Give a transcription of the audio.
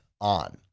ON